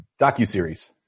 DocuSeries